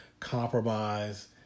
compromise